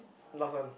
last one